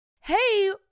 hey